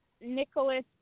Nicholas